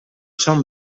son